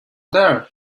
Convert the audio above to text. there